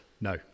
No